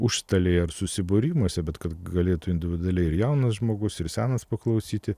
užstalėje ar susibūrimuose bet kad galėtų individualiai ir jaunas žmogus ir senas paklausyti